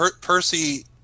Percy